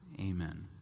amen